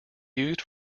used